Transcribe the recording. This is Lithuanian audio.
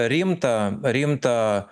rimtą rimtą